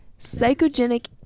psychogenic